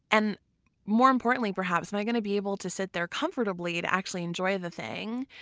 and more importantly perhaps, am i going to be able to sit there comfortably to actually enjoy the thing?